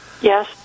yes